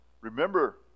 Remember